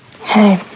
Hey